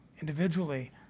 individually